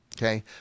Okay